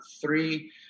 three